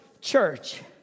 church